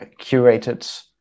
curated